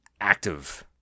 active –